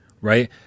right